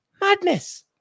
Madness